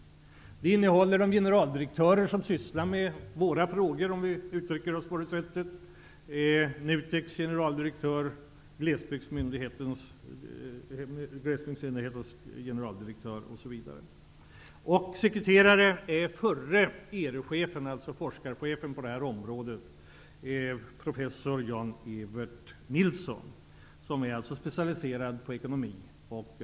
Rådet består också av de generaldirektörer som skall arbeta med ''våra'' frågor, om jag får använda det uttrycket -- Dessa personer skall producera en skrift på ca 50 sidor.